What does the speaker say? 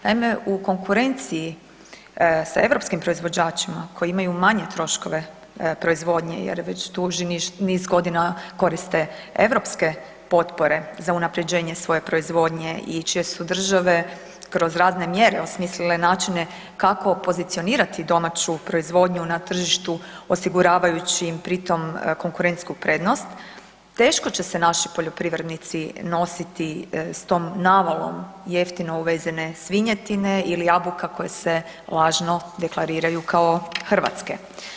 Naime, u konkurenciji sa europskim proizvođačima koji imaju manje troškove proizvodnje jer već duži niz godina koriste europske potpore za unapređenje svoje proizvodnje i čije su države kroz razne mjere osmislile načine kako pozicionirati domaću proizvodnju na tržištu osiguravajući im pri tom konkurentsku prednost, teško će se naši poljoprivrednici nositi s tom navalom jeftino uvezene svinjetine ili jabuka koje se lažno deklariraju kao hrvatske.